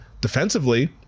defensively